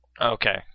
Okay